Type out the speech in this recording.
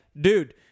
dude